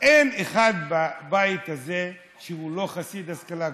אין אחד בבית הזה שהוא לא חסיד ההשכלה הגבוהה,